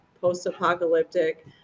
post-apocalyptic